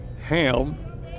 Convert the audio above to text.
ham